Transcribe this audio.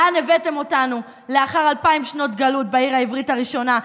לאן הבאתם אותנו לאחר אלפיים שנות גלות בעיר העברית הראשונה?